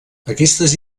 aquestes